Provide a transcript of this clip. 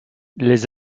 les